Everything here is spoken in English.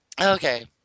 Okay